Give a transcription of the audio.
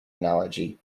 analogy